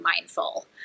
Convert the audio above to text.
mindful